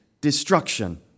destruction